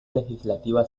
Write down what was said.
legislativa